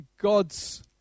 God's